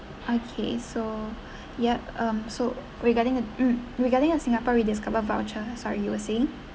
okay so yup um so regarding mm regarding your singapore rediscovered voucher sorry you were saying